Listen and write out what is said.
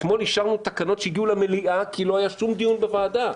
אתמול אישרנו תקנות שהגיעו למליאה כי לא היה שום דיון בוועדה.